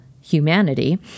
humanity